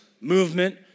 movement